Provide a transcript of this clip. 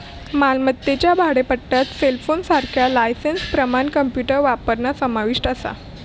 मालमत्तेच्या भाडेपट्ट्यात सेलफोनसारख्या लायसेंसप्रमाण कॉम्प्युटर वापरणा समाविष्ट असा